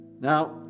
Now